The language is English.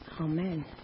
Amen